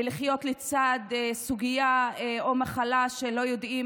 ולחיות לצד סוגיה או מחלה שלא יודעים